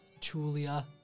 Chulia